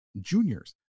juniors